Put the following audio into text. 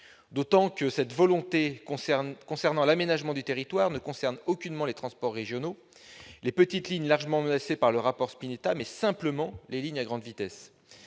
d'autant que cette volonté de promouvoir l'aménagement du territoire ne concerne aucunement les transports régionaux, les petites lignes largement menacées par le rapport Spinetta, mais simplement les lignes à grande vitesse.